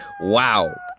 wow